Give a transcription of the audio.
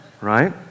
right